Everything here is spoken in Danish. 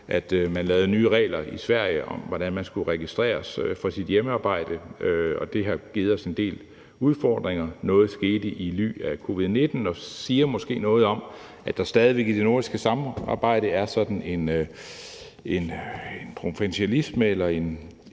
Sverige lavede nye regler om, hvordan man skulle registreres for sit hjemmearbejde, og det har givet os en del udfordringer. Noget skete i ly af covid-19, og det siger måske noget om, at der i det nordiske samarbejde stadig væk er sådan en provinsialisme eller en